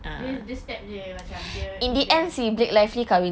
dia dia step sahaja macam dia blair